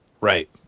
Right